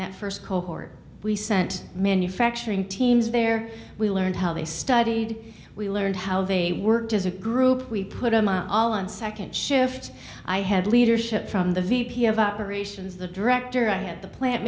that first cohort we sent manufacturing teams there we learned how they studied we learned how they worked as a group we put them out all on second shift i had leadership from the v p of operations the director and the plant